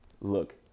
Look